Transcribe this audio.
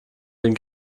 den